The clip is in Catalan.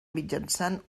mitjançant